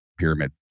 Pyramid